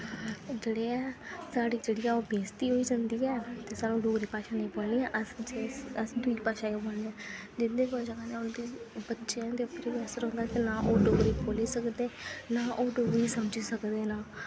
जेह्ड़ी ऐ साढ़ी जेह्ड़ी ऐ बेजती होई जंदी ऐ ते सानूं डोगरी भाशा नेईं बोलनी ऐं ते अस दूई भाशा गै बोलने जिं'दे कोल जां ते उं'दे बच्चे नां ओह् डोगरी बोल्ली सकदे ते नां ओह् डोगरी समझी सकदे न